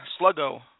sluggo